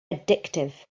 addictive